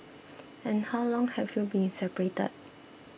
and how long have you been separated